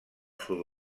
sud